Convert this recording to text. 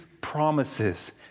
promises